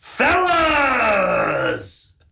Fellas